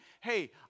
hey